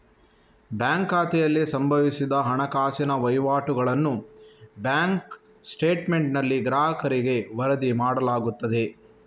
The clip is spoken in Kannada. ಬ್ಯಾಂಕ್ ಖಾತೆಯಲ್ಲಿ ಸಂಭವಿಸಿದ ಹಣಕಾಸಿನ ವಹಿವಾಟುಗಳನ್ನು ಬ್ಯಾಂಕ್ ಸ್ಟೇಟ್ಮೆಂಟಿನಲ್ಲಿ ಗ್ರಾಹಕರಿಗೆ ವರದಿ ಮಾಡಲಾಗುತ್ತದೆ